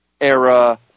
era